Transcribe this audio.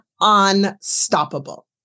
unstoppable